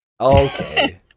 Okay